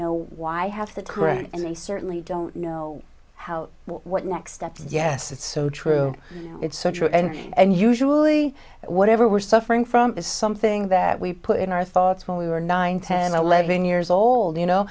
know why i have the courage and they certainly don't know how what next step yes it's so true it's so true and usually whatever we're suffering from is something that we put in our thoughts when we were nine ten eleven years old you know